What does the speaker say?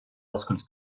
oscailt